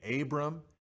Abram